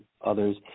others